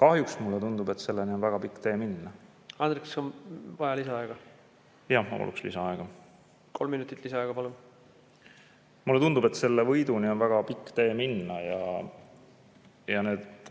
Kahjuks mulle tundub, et selleni on väga pikk tee minna. Andres, kas on vaja lisaaega? Jah, ma paluks lisaaega. Kolm minutit lisaaega, palun! Kolm minutit lisaaega, palun! Mulle tundub, et selle võiduni on väga pikk tee minna ja need